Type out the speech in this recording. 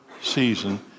season